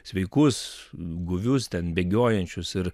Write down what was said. sveikus guvius ten bėgiojančius ir